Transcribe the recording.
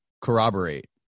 corroborate